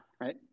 right